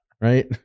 Right